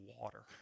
water